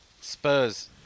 Spurs